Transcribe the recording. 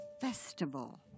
festival